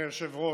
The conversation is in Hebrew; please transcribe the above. אדוני היושב-ראש,